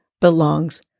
belongs